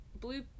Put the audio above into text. blue